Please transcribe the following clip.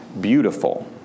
beautiful